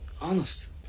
Honest